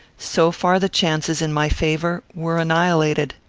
so far the chances in my favour were annihilated.